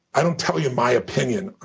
i don't tell you my opinion.